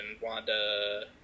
Wanda